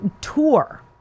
tour